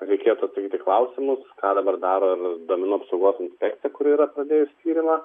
reikėtų kelti klausimus ką dabar daro duomenų apsaugos inspekcija kuri yra pradėjusi tyrimą